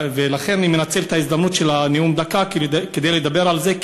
ולכן אני מנצל את ההזדמנות של הנאום של דקה כדי לדבר על זה,